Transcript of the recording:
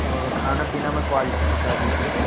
और खाना पीना में क्वालिटी बता दीजिए